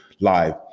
live